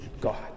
God